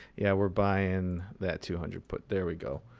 yeah, we're buying that two hundred put. there we go.